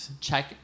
check